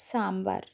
sambar